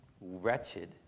Wretched